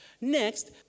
Next